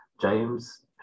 James